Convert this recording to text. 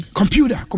computer